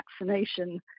vaccination